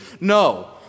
No